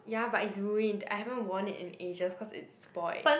ya but it's ruined I haven't worn it in ages cause it's spoilt